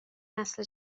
نسل